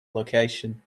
location